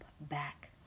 back